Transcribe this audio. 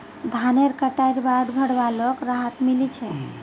धानेर कटाई बाद घरवालोक राहत मिली छे